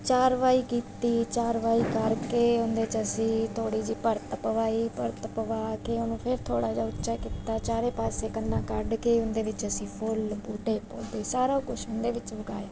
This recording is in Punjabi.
ਚਾਰ ਬਾਈ ਕੀਤੀ ਚਾਰ ਬਾਈ ਕਰਕੇ ਉਹਦੇ 'ਚ ਅਸੀਂ ਥੋੜ੍ਹੀ ਜਿਹੀ ਭਰਤ ਪਵਾਈ ਭਰਤ ਪਵਾ ਕੇ ਉਹਨੂੰ ਫਿਰ ਥੋੜ੍ਹਾ ਜਿਹਾ ਉੱਚਾ ਕੀਤਾ ਚਾਰੇ ਪਾਸੇ ਕੰਨਾ ਕੱਢ ਕੇ ਉਹਦੇ ਵਿੱਚ ਅਸੀਂ ਫੁੱਲ ਬੂਟੇ ਪੌਦੇ ਸਾਰਾ ਕੁਛ ਉਹਦੇ ਵਿੱਚ ਉਗਾਇਆ